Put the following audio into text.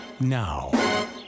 now